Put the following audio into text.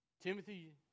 Timothy